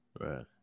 Right